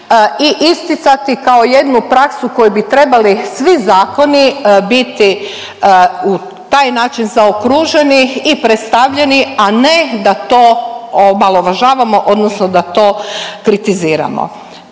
i isticati kao jednu praksu koju bi trebali svi zakoni biti u taj način zaokruženi i predstavljeni, a ne da to omalovažavamo odnosno da to kritiziramo.